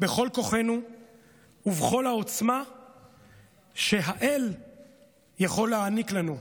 בכל כוחנו ובכל העוצמה שהאל יכול להעניק לנו.